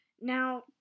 Now